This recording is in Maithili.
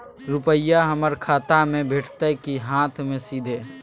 रुपिया हमर खाता में भेटतै कि हाँथ मे सीधे?